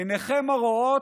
עיניכם הרואות,